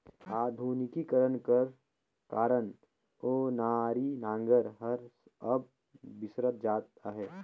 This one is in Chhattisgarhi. आधुनिकीकरन कर कारन ओनारी नांगर हर अब बिसरत जात अहे